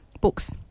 books